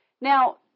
Now